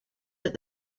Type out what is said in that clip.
that